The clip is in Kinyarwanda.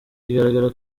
bigaragara